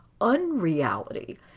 unreality